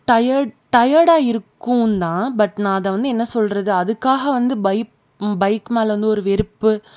tired டயர்டாக இருக்குந்தான் but நான் அதை வந்து என்ன சொல்கிறது அதுக்காக வந்து பைப் பைக் மேலே வந்து ஒரு வெறுப்பு